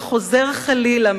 וחוזר חלילה.